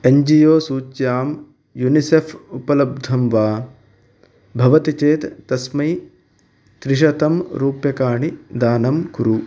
N G O सूच्यां UNICEF उपलब्धं वा भवति चेत् तस्मै त्रिशतं रूप्यकाणि दानं कुरु